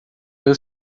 meu